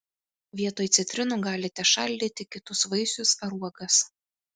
vietoj citrinų galite šaldyti kitus vaisius ar uogas